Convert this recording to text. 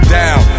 down